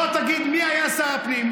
בוא תגיד מי היה שר הפנים.